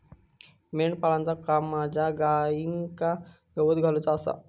मेंढपाळाचा काम माझ्या गाईंका गवत घालुचा आसा